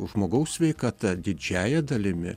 žmogaus sveikata didžiąja dalimi